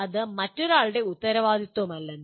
അത് മറ്റൊരാളുടെ ഉത്തരവാദിത്വമല്ലെന്ന്